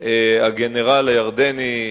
הגנרל הירדני,